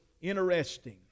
interesting